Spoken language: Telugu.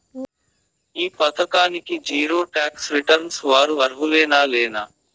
ఈ పథకానికి జీరో టాక్స్ రిటర్న్స్ వారు అర్హులేనా లేనా?